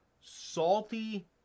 salty